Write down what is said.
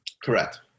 Correct